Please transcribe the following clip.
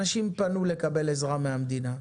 אנשים פנו לקבל עזרה מהמדינה.